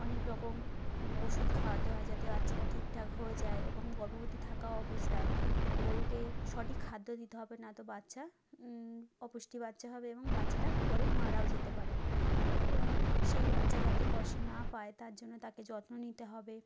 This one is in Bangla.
অনেক রকম ওষুধ খাওয়াতে হয় যাতে বাচ্চাটা ঠিকঠাক হয়ে যায় এবং গর্ভবতী থাকা অবস্থায় গরুকে সঠিক খাদ্য দিতে হবে না তো বাচ্চা অপুষ্ট বাচ্চা হবে এবং বাচ্চাটা পরে মারাও যেতে পারে এবং সেই বাচ্চা যাতে কষ্ট না পায় তার জন্য তাকে যত্ন নিতে হবে